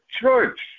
church